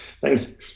Thanks